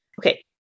Okay